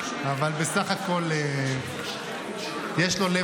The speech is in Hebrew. אבל בסך הכול יש לו לב חם ואוהב.